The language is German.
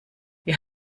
wie